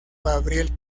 gabriel